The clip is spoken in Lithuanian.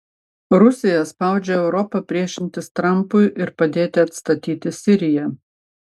rusija spaudžia europą priešintis trampui ir padėti atstatyti siriją